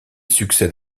succède